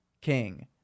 king